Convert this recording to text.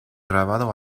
grabado